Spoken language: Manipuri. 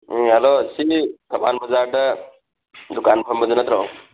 ꯎꯝ ꯍꯂꯣ ꯁꯤ ꯊꯧꯕꯥꯜ ꯕꯖꯥꯔꯗ ꯗꯨꯀꯥꯟ ꯐꯝꯕꯗꯨ ꯅꯠꯇ꯭ꯔꯣ